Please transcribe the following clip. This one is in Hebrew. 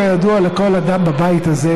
כידוע לכל אדם בבית הזה,